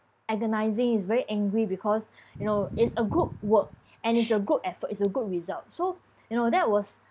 agonizing is very angry because you know it's a group work and it's a group effort is a good result so you know that was